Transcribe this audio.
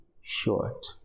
short